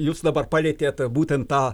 jus dabar palietėt tą būtent tą